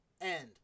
end